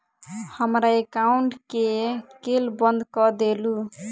हमरा एकाउंट केँ केल बंद कऽ देलु?